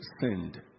sinned